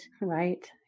Right